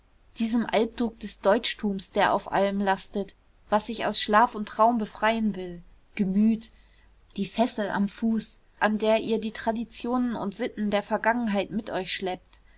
diesem alpdruck des deutschtums der auf allem lastet was sich aus schlaf und traum befreien will gemüt die fessel am fuß an der ihr die traditionen und sitten der vergangenheit mit euch schleppt